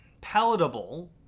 palatable